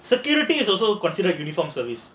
security is also considered uniformed service